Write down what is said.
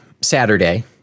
Saturday